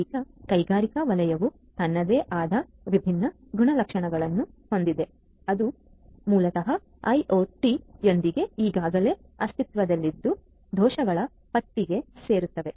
ಈಗ ಕೈಗಾರಿಕಾ ವಲಯವು ತನ್ನದೇ ಆದ ವಿಭಿನ್ನ ಗುಣಲಕ್ಷಣಗಳನ್ನು ಹೊಂದಿದೆ ಇದು ಮೂಲತಃ ಐಒಟಿಯೊಂದಿಗೆ ಈಗಾಗಲೇ ಅಸ್ತಿತ್ವದಲ್ಲಿದ್ದ ದೋಷಗಳ ಪಟ್ಟಿಗೆ ಸೇರಿಸುತ್ತದೆ